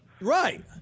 Right